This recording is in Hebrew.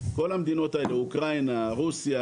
כל המדינות גיאורגיה, רוסיה,